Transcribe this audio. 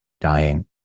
dying